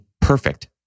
perfect